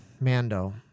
Mando